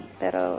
pero